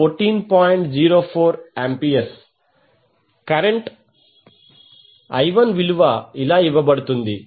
04°A current I1విలువ ఇలా ఇవ్వబడుతుంది